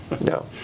No